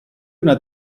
una